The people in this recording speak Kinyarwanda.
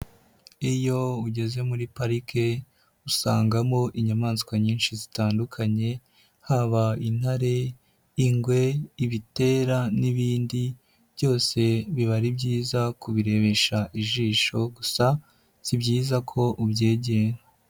Iyo ugeze muri parike usangamo inyamaswa nyinshi zitandukanye haba intare, ingwe, ibitera n'ibindi byose biba ari byiza kubirebesha ijisho gusa si byiza ko ubyegera.